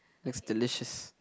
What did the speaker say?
that's delicious